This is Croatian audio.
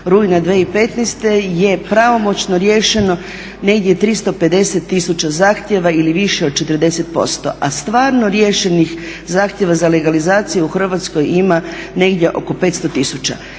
rujna 2015.je pravomoćno riješeno negdje 350 tisuća zahtjeva ili više od 40%, a stvarno riješenih zahtjeva za legalizaciju u Hrvatskoj ima negdje oko 500